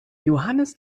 johannes